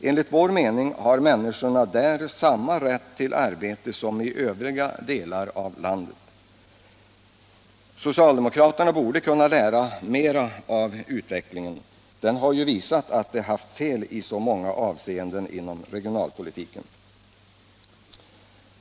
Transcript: Enligt vår mening har människorna där samma rätt till arbete som invånarna i övriga delar av landet. Socialdemokraterna borde kunna lära mera av utvecklingen. Den har ju visat att de haft fel i så många avseenden inom regionalpolitiken.